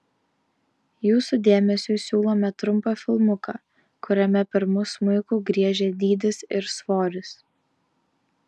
jūsų dėmesiui siūlome trumpą filmuką kuriame pirmu smuiku griežia dydis ir svoris